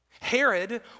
Herod